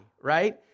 right